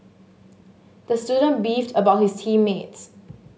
the student beefed about his team mates